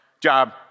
job